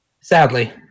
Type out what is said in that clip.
Sadly